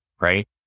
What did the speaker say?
Right